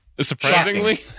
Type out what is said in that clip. Surprisingly